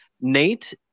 Nate